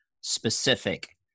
specific